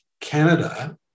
Canada